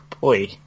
boy